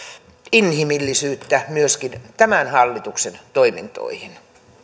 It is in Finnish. inhimillisyyttä myöskin tämän hallituksen toimintoihin